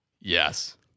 Yes